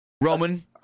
Roman